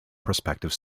prospective